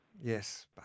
Yes